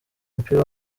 umupira